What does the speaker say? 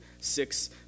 six